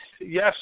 yes